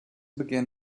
began